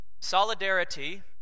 Solidarity